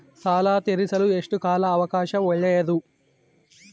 ಸಾಲ ತೇರಿಸಲು ಎಷ್ಟು ಕಾಲ ಅವಕಾಶ ಒಳ್ಳೆಯದು?